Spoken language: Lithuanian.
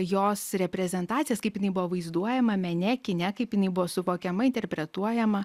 jos reprezentacijas kaip jinai buvo vaizduojama mene kine kaip jinai buvo suvokiama interpretuojama